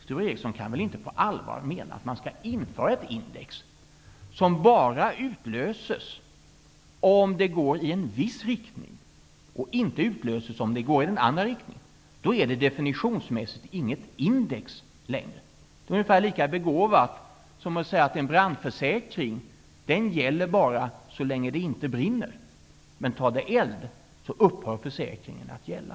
Sture Ericson kan väl inte på allvar mena att man skall införa ett index som bara utlöses om utvecklingen går i en viss rikting och inte utlöses om den går i en annan rikting. Då är det definitionsmässigt inget index längre. Det är ungefär lika begåvat som att säga att en brandförsäkring bara gäller så länge det inte brinner, men om det tar eld upphör försäkringen att gälla.